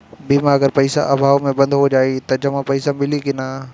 बीमा अगर पइसा अभाव में बंद हो जाई त जमा पइसा मिली कि न?